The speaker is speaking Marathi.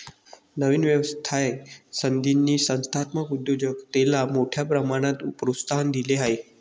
नवीन व्यवसाय संधींनी संस्थात्मक उद्योजकतेला मोठ्या प्रमाणात प्रोत्साहन दिले आहे